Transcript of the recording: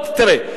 תראה,